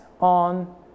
on